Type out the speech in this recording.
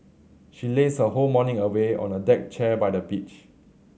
she lazed her whole morning away on a deck chair by the beach